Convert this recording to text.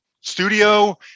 studio